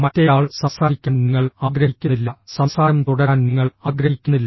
മറ്റേയാൾ സംസാരിക്കാൻ നിങ്ങൾ ആഗ്രഹിക്കുന്നില്ല സംസാരം തുടരാൻ നിങ്ങൾ ആഗ്രഹിക്കുന്നില്ല